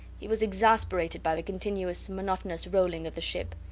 he was exasperated by the continuous, monotonous rolling of the ship.